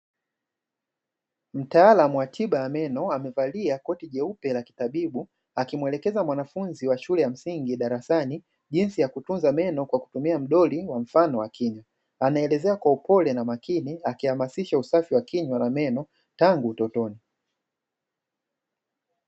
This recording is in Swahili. Mtaalam wa tiba ya meno amevalia koti jeupe la kitabibu, akimwelekeza mwanafunzi wa shule ya msingi darasani, jinsi ya kutunza meno kwa kutumia mdoli wa mfano wa kinywa. Anaelezea kwa upole na makini, akihamasisha usafi wa kinywa na meno tangu utotoni.